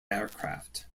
aircraft